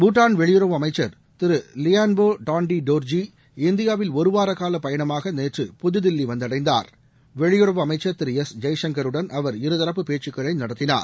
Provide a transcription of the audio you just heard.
பூட்டான் வெளியுறவு அமைச்சர் திரு லியோன்போ டான்டி டோர்ஜி இந்தியாவில் ஒருவார கால பயணமாக நேற்று புதுதில்லி வந்தடைந்தார் வெளியுறவு அமைச்சர் திரு எஸ் ஜெயசங்கருடன் அவர் இருதரப்பு பேச்சுக்களை நடத்தினார்